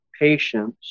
patience